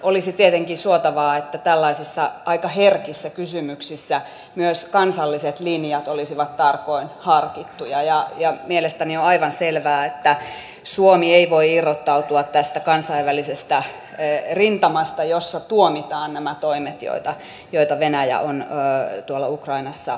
olisi tietenkin suotavaa että tällaisissa aika herkissä kysymyksissä myös kansalliset linjat olisivat tarkoin harkittuja ja mielestäni on aivan selvää että suomi ei voi irrottautua kansainvälisestä rintamasta jossa tuomitaan nämä toimet joita venäjä on ukrainassa harjoittanut